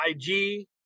IG